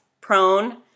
prone